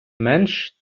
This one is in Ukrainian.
менш